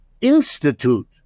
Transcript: institute